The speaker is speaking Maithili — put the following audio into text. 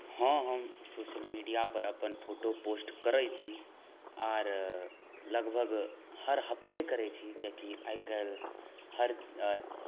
हँ हम सोशल मीडियापर अपन फोटो पोस्ट करैत छी आर लगभग हर हफ्ते करैत छी कियाकि आइ काल्हि हर